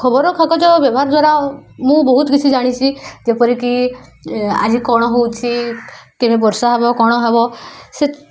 ଖବର କାଗଜ ବ୍ୟବହାର ଦ୍ୱାରା ମୁଁ ବହୁତ କିଛି ଜାଣିଛି ଯେପରିକି ଆଜି କଣ ହଉଛି କେବେ ବର୍ଷା ହେବ କ'ଣ ହେବ ସେ